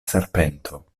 serpento